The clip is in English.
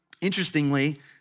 interestingly